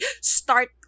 start